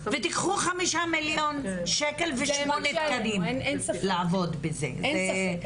ותקחו 5 מיליון שקל ושמונה תקנים לעבוד בזה.